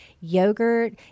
yogurt